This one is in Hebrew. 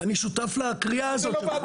ואני שותף לקריאה הזאת.